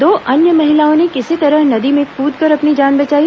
दो अन्य महिलाओं ने किसी तरह नदी में कुदकर अपनी जान बचाई